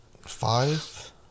Five